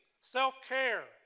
self-care